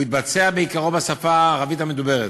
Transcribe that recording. הוא יתבצע בעיקרו בשפה הערבית המדוברת.